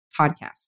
podcast